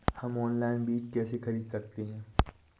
हम ऑनलाइन बीज कैसे खरीद सकते हैं?